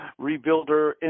rebuilder